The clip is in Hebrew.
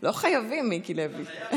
לא חייבים, מיקי לוי.